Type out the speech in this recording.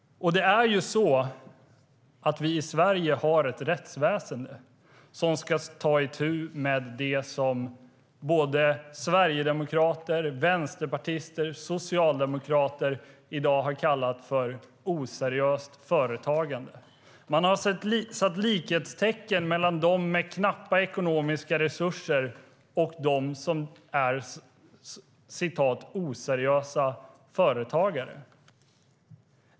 I Sverige har vi ett rättsväsen som ska ta itu med det som sverigedemokrater, vänsterpartister och socialdemokrater i dag har kallat för oseriöst företagande. Man har satt likhetstecken mellan dem med knappa ekonomiska resurser och dem som är "oseriösa företagare".